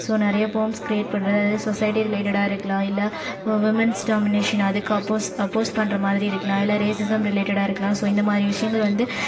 so நிறைய poems create பண்ணுறது அது சொசைட்டி ரிலேட்டடாக இருக்கலாம் இல்லை உமன்ஸ் டாமினேஷன் அதுக்கு அப்போஸ் அப்போஸ் பண்றமாதிரி இருக்லாம் இல்லை ரேசிஸம் ரிலேட்டடாக இருக்கலாம் ஸோ இந்தமாதிரி விஷயங்கள் வந்து